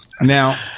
Now